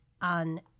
on